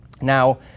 Now